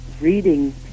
reading